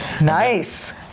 Nice